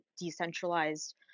decentralized